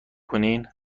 کنین